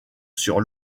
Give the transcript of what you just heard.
sur